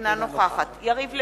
אינה נוכחת יריב לוין,